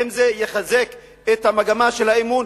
האם זה יחזק את המגמה של האמון,